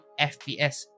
FPS